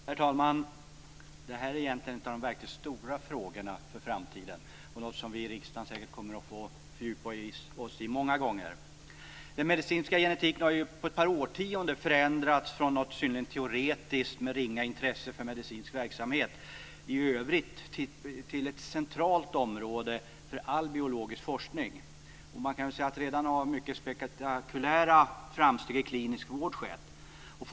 Herr talman! Det här är egentligen en av de verkligt stora frågorna inför framtiden och något som vi i riksdagen säkert kommer att få fördjupa oss i många gånger. Den medicinska genetiken har ju på ett par årtionden förändrats från något synnerligen teoretiskt med ringa intresse för medicinsk verksamhet i övrigt till ett centralt område för all biologisk forskning. Redan har mycket spektakulära framsteg i klinisk vård skett.